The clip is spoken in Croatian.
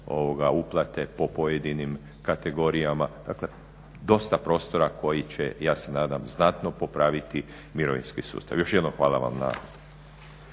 uplate po pojedinim kategorijama. Dakle, dosta prostora koji će ja se nadam znatno popraviti mirovinski sustav. Još jednom hvala vam na